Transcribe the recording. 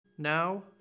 Now